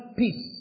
peace